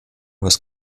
was